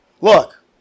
Look